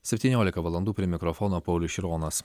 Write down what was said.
septyniolika valandų prie mikrofono paulius šironas